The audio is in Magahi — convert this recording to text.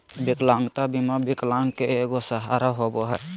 विकलांगता बीमा विकलांग के एगो सहारा होबो हइ